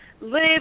live